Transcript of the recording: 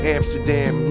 Amsterdam